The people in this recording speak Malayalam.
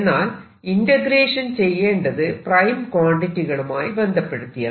എന്നാൽ ഇന്റഗ്രേഷൻ ചെയ്യേണ്ടത് പ്രൈം ക്വാണ്ടിറ്റി കളുമായി ബന്ധപ്പെടുത്തിയാണ്